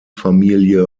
familie